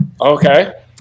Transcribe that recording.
Okay